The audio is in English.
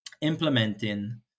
implementing